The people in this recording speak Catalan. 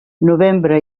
novembre